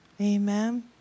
Amen